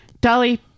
Dolly